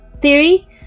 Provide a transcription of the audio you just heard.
theory